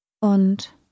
und